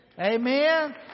amen